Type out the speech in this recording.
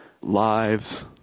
lives